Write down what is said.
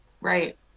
Right